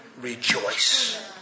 rejoice